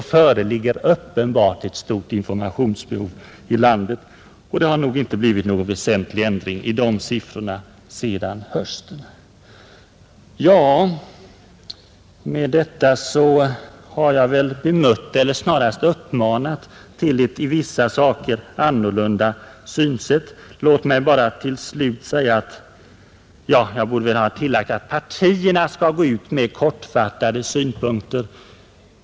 Det understryker att det uppenbart föreligger ett stort informationsbehov i landet. Det har nog inte blivit någon väsentlig ändring i de siffrorna sedan i höstas. Med dessa ord har jag velat uppmana till ett i vissa avseenden annorlunda synsätt. Jag borde ha tillagt att partierna skall framföra sina synpunkter.